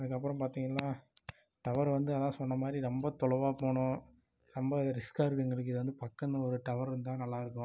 அதுக்கப்புறோம் பார்த்திங்கள்னா டவரு வந்து அதுதான் சொன்னமாதிரி ரொம்ப தொலைவாகப் போகணும் ரொம்ப ரிஸ்காக இருக்குத எங்களுக்கு இது வந்து பக்கம் ஒரு டவர் இருந்தால் நல்லா இருக்கும்